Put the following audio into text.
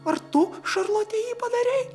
ar tu šarlote jį padarei